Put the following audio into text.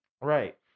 Right